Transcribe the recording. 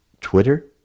Twitter